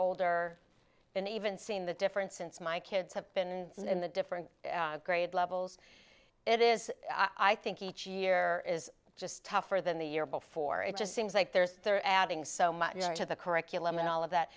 older and even seen the difference since my kids have been in the different grade levels it is i think each year is just tougher than the year before it just seems like there's they're adding so much to the curriculum and all of that